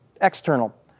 external